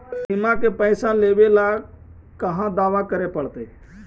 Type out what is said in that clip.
बिमा के पैसा लेबे ल कहा दावा करे पड़तै?